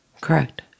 Correct